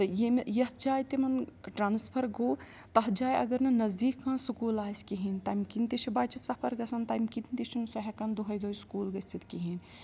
تہٕ ییٚمہِ یَتھ جایہِ تِمَن ٹرانسفَر گوٚو تَتھ جایہِ اگر نہٕ نزدیٖک کانٛہہ سکوٗل آسہِ کِہیٖنۍ تَمہِ کِنۍ تہِ چھُ بَچہٕ سفر گژھان تمہِ کِنۍ تہِ چھُنہٕ سُہ ہٮ۪کان دۄہَے دۄہے سکوٗل گٔژھِتھ کِہیٖنۍ